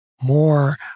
more